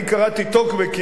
אני קראתי טוקבקים.